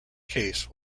case